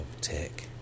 tech